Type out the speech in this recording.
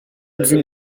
dit